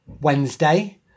Wednesday